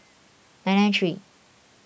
nine nine three